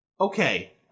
Okay